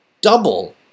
double